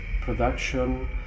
production